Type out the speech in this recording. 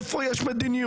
איפה יש מדיניות,